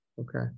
Okay